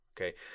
okay